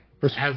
First